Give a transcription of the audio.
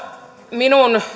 minun